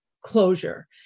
closure